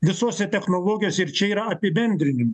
visose technologijose ir čia yra apibendrinimų